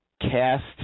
cast